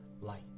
light